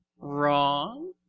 wrong.